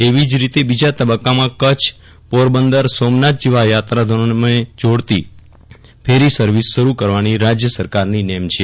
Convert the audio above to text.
એવી જ રીતે બીજા તબક્કામાં કચ્છ પોરબંદર સોમનાથ જેવા યાત્રાધામોને જોડતી ફેરી સર્વિસ શરૂ કરવાની રાજ્ય સરકારની નેમ છે